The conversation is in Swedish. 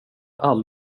all